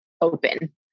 open